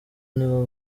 nibo